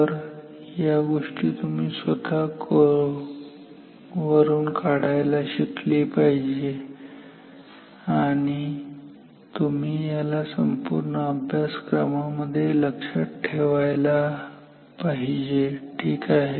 तर या गोष्टी तुम्ही स्वतः वरून काढायला शिकले पाहिजे आणि तुम्ही त्याला या संपूर्ण अभ्यासक्रमांमध्ये लक्षात ठेवायला पाहिजे ठीक आहे